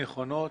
הנכונות.